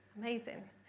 Amazing